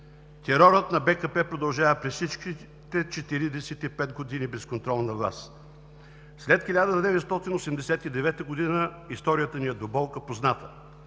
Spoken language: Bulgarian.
Терорът на БКП продължава през всичките 45 години безконтролна власт. След 1989 г. историята ни е до болка позната